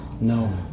No